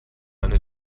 eine